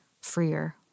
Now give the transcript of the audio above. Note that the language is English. freer